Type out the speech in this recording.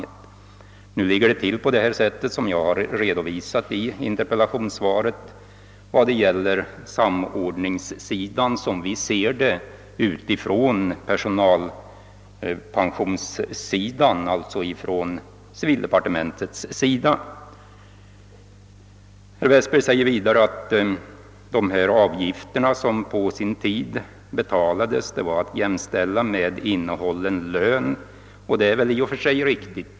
Vad samordningen beträffar ligger det till så som jag har redovisat i interpellationssvaret, alltså som vi inom civildepartementet ser det från personalpensionssidan. Herr Westberg menar att de avgifter som på sin tid betalades var att jämställa med innehållen lön, och det är väl riktigt.